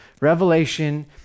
Revelation